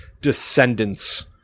descendants